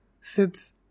sits